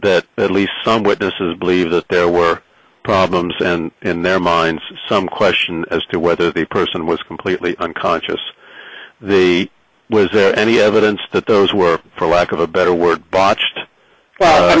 that at least some witnesses believe that there were problems and in their minds some question as to whether the person was completely unconscious the was there any evidence that those were for lack of a better word botched